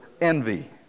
envy